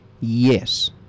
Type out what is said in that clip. Yes